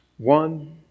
One